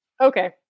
Okay